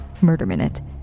murderminute